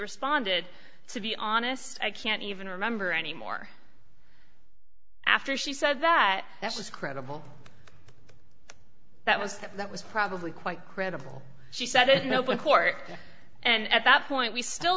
responded to be honest i can't even remember anymore after she said that that was credible that was that that was probably quite credible she said no but court and at that point we still